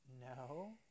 No